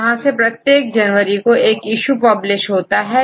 यहां से प्रत्येक जनवरी को एक प्रति निकलतीहै